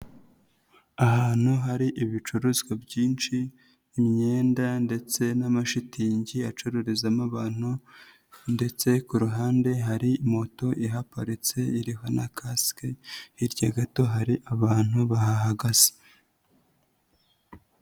Ahantu hari ibicuruzwa byinshi, imyenda ndetse n'amashitingi acururizamo abantu ndetse ku ruhande hari moto ihaparitse iriho na kasike, hirya gato hari abantu bahahagaze.